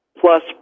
plus